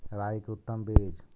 राई के उतम बिज?